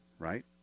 Right